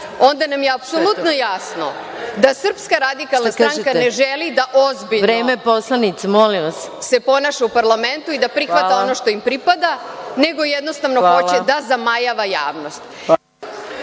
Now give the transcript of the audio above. onda nam je apsolutno jasno da SRS ne želi da se ozbiljno ponaša u parlamentu i da prihvata ono što im pripada, nego jednostavno hoće da zamajava javnost.